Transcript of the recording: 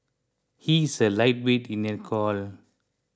he is a lightweight in alcohol